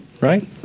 right